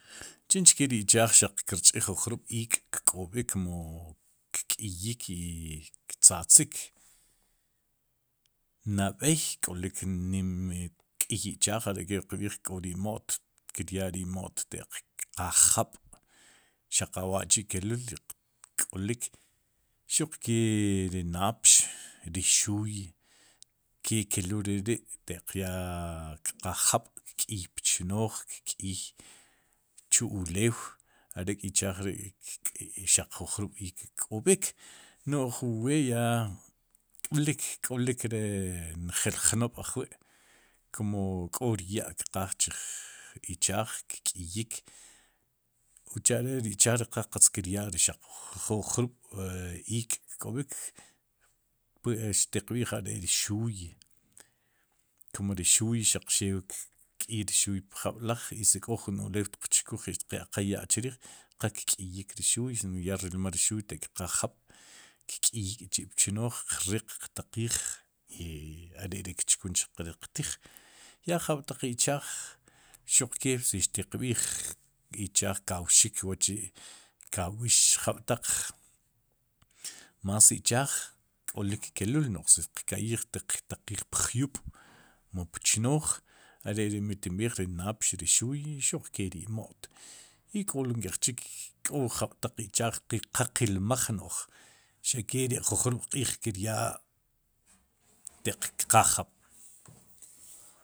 Chinkee ri ichaaj xaq kir ch'iij ju jrub'iik' kk'ob'ik mu ikk'iyik i ktzatzik, nab'ey k'olik nim k'iy ichaaj are'kri' qb'iij k'o re imo't kiryaa ri imo't ataq kqaaj jaab' xaq awa'chi'keluul k'olik xuqee ri napx ri xuuy, ke keluul re ri ataq ya kqaaj jaab' kk'iy pchnooj, kk'iiy chu ulew arék ichaaj ri'xaq jujrub'iik' kk'ob'ik no'j wu we' ya k'olik k'olik ri njeel jnob'ajwi' kum k'o ri ya' kqaaj chiij ichaaj kk'iyik, uche'are ri ichaaj ri qa qatz kiryaa ju jrub'iik'kk'ob'ik, xtiq b'iik are'ri xuuy kum ri xuuy xaq xew kk'iyik pjab'laj i si k'o jun ulew tiq chkuj tiq ya'qaaj ya' chrij qa kk'iyik ri xuuy sin ya rilmaj ri xuuy ataq kqaaj jab' kk'iy kçhi'pchnooj qriq qtaqiij i are'ri kchun chqe qtiij ya jab'taq ichaaj xuqkee si xtiq b'iij ichaaj kauxik wa'chi'kauxik jab'taq más ichaaj k'olik keluul no'j si k'olik xtiq taqiij pjyub' mu pchnooj are'ri mi tinb'iij ri napx, ri xuuy xuq kee ri imo't, i k'olo ink'ejchik qa qilmaj no'j xakeri'xaq ju jrub'q'iij kir yaa'te'k kqaaj jab'.